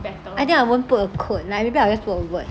I think I won't put a quote like maybe I'll just put a word